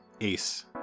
Ace